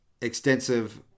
extensive